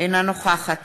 אינה נוכחת